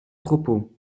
propos